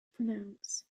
pronounce